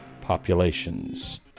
populations